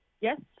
Yes